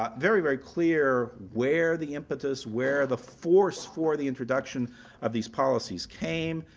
ah very, very clear where the impetus, where the force for the introduction of these policies came.